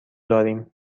داریم